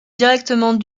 directement